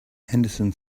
henderson